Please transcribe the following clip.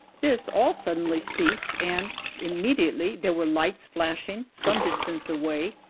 this all suddenly ceased, and immediately there were lights flashing some distance away,